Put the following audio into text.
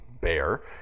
Bear